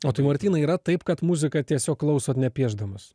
o tu martynai yra taip kad muziką tiesiog klausot nepiešdamas